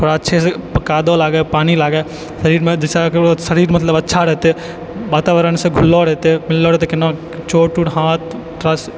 थोड़ा अच्छासँ कादो लागै पानी लागै शरीरमे जाहिसँ ओकर शरीर मतलब अच्छा रहतै वातावरणसँ घुललऽ रहतै मिललऽ रहतै कोना चोट उट हाथ थोड़ा सा